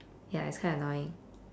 ya it's kind of annoying